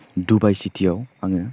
डुबाय चिटियाव आङो